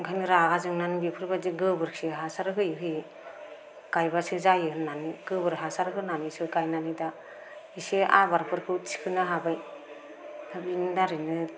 ओंखायनो रागा जोंनानै बेफोरबायदि गोबोरखि हासार होयै होयै गायबासो जायो होन्नानै गोबोर हासार होनानैसो गायनानै दा एसे आबादफोरखौ थिखांनो हाबाय दा बेनि दारैनो